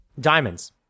diamonds